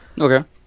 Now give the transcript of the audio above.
Okay